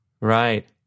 Right